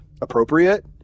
appropriate